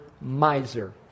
miser